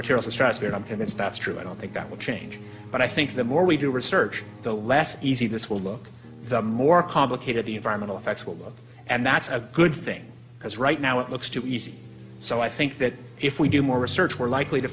material stratosphere i'm convinced that's true i don't think that will change but i think the more we do research the less easy this will look the more complicated the environmental effects will look and that's a good thing because right now it looks too easy so i think that if we do more research we're likely to